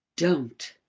don't!